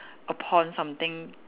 upon something